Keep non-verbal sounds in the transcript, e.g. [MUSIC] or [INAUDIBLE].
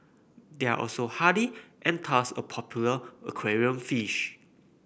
they are also hardy and [UNINTELLIGIBLE] a popular aquarium fish